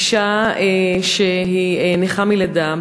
אישה שהיא נכה מלידה,